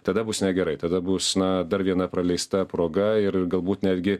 tada bus negerai tada bus na dar viena praleista proga ir galbūt netgi